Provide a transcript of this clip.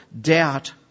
doubt